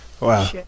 wow